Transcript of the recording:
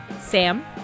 Sam